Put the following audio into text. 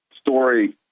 story